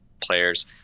players